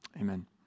Amen